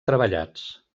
treballats